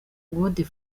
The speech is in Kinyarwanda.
wari